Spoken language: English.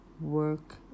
work